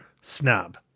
snob